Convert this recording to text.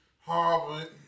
Harvard